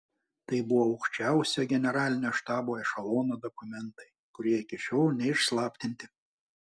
tai buvo aukščiausio generalinio štabo ešelono dokumentai kurie iki šiol neišslaptinti